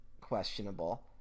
questionable